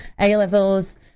A-levels